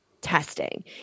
testing